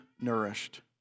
nourished